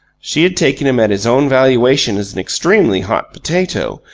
she had taken him at his own valuation as an extremely hot potato,